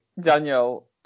Daniel